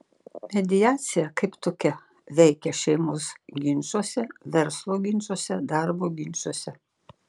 mediacija kaip tokia veikia šeimos ginčuose verslo ginčuose darbo ginčuose